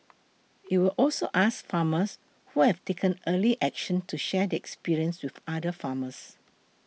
it will also ask farmers who have taken early action to share their experience with other farmers